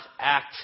act